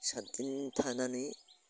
सातदिन थानानै